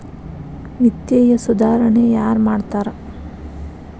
ವಿತ್ತೇಯ ಸುಧಾರಣೆ ಯಾರ್ ಮಾಡ್ತಾರಾ